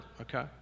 okay